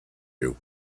you